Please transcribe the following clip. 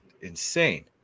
insane